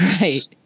right